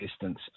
distance